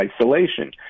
isolation